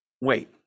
wait